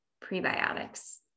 prebiotics